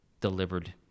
delivered